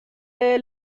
del